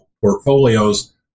portfolios